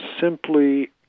simply